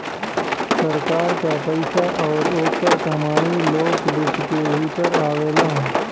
सरकार क पइसा आउर ओकर कमाई लोक वित्त क भीतर आवेला